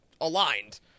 aligned